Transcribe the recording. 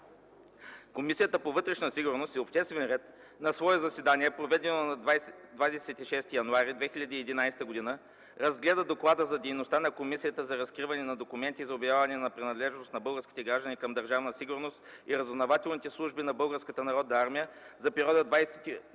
Комисията по вътрешна сигурност и обществен ред на свое заседание, проведено на 26 януари 2011 г., разгледа Доклада за дейността на Комисията за разкриване на документите и за обявяване на принадлежност на български граждани към Държавна сигурност и разузнавателните служби на Българската народна армия за периода 20 юли